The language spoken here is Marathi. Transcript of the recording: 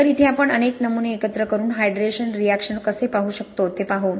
तर इथे आपण अनेक नमुने एकत्र करून हायड्रेशन रिएक्शन कसे पाहू शकतो ते पाहू